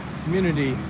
community